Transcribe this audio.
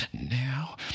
Now